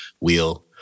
wheel